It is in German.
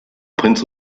prinz